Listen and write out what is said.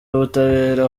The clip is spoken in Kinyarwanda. w’ubutabera